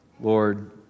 Lord